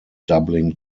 doubling